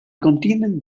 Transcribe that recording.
contienen